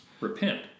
Repent